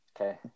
okay